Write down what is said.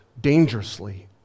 dangerously